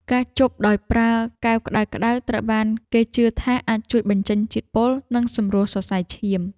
ការជប់ដោយប្រើកែវក្តៅៗ ត្រូវបានគេជឿថាអាចជួយបញ្ចេញជាតិពុល និងសម្រួលសរសៃឈាម។